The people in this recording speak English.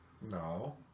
No